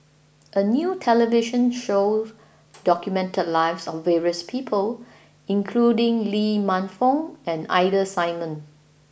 a new television show documented the lives of various people including Lee Man Fong and Ida Simmons